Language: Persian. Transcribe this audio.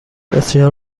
بسیار